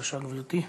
בבקשה, גברתי.